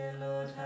Lord